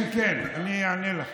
כן, כן, אני אענה לך.